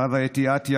חוה (אתי) עטייה,